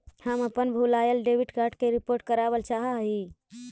हम अपन भूलायल डेबिट कार्ड के रिपोर्ट करावल चाह ही